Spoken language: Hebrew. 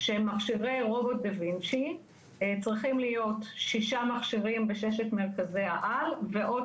שמכשירי רובוט דה וינצ'י צריכים להיות 6 מכשירים בששת מרכזי העל ועוד